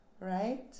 right